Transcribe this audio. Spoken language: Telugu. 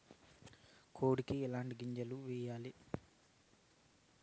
కోడికి ఎట్లాంటి గింజలు వేయాలి?